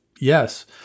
yes